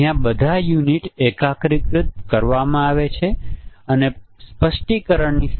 જ્યારે સિસ્ટમ આ સંભવિત સંયોજનો આપવામાં આવે છે ત્યારે સિસ્ટમ S સમાન રીતે વર્તે છે